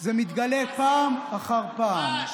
זה מתגלה פעם אחר פעם.